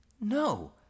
No